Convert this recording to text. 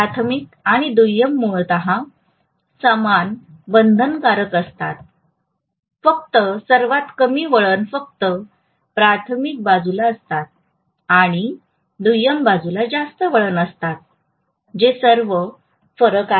प्राथमिक आणि दुय्यम मूलत समान बंधनकारक असतात फक्त सर्वात कमी वळण फक्त प्राथमिक बाजूला असतात आणि दुय्यम बाजूला जास्त वळण असतात जे सर्व फरक आहे